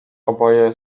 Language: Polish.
oboje